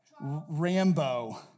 Rambo